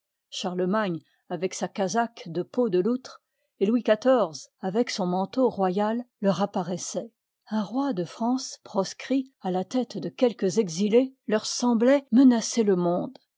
charlemagne avec sa casaque de peau de loutre et louis xiv avec son manteau royal leur apparoissoient un roi de france proscrit à la tête de quelques exilés leur sembloit menacer le monde